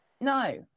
No